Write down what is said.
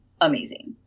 amazing